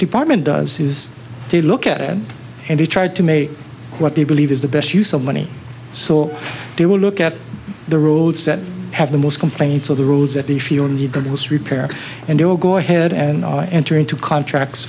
department does is to look at it and he tried to make what they believe is the best use of money so they will look at the roads that have the most complaints of the rules that they feel need to reduce repair and they will go ahead and enter into contracts